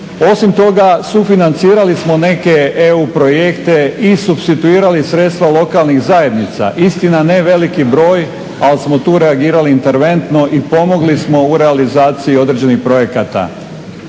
Osim toga sufinancirali smo neke EU projekte i supstituirali sredstva lokalnih zajednica. Istina ne veliki broj, ali smo tu reagirali interventno i pomogli smo u realizaciji određenih projekata.